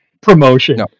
promotion